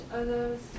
others